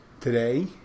today